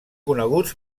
coneguts